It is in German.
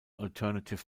alternative